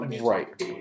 Right